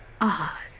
odd